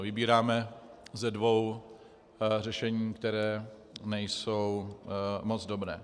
Vybíráme ze dvou řešení, která nejsou moc dobrá.